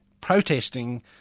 protesting